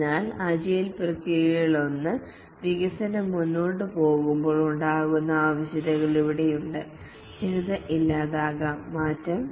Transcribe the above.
അതിനാൽ അജിലേ പ്രക്രിയകളിലൊന്ന് വികസനം മുന്നോട്ട് പോകുമ്പോൾ ഉണ്ടാകുന്ന ആവശ്യകതകൾ ഇവിടെയുണ്ട് ചിലത് ഇല്ലാതാക്കാം മാറ്റാം